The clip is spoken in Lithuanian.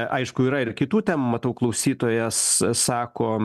aišku yra ir kitų ten matau klausytojas sako